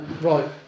Right